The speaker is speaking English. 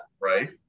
right